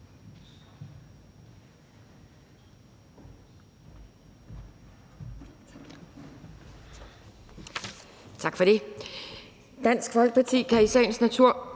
Dansk Folkeparti kan i sagens natur